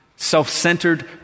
Self-centered